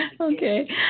Okay